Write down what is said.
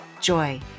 joy